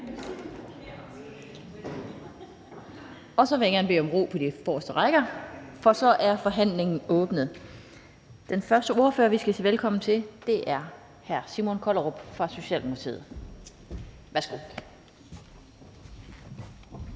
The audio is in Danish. og så vil jeg gerne bede om ro på de forreste rækker, for nu er forhandlingen åbnet. Den første ordfører, vi skal sige velkommen til, er hr. Simon Kollerup fra Socialdemokratiet. Værsgo.